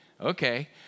Okay